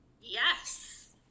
Yes